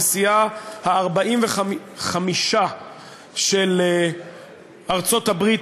נשיאה ה-45 של ארצות-הברית,